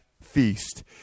feast